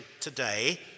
today